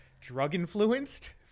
drug-influenced